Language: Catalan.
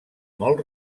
molt